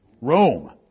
Rome